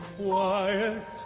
Quiet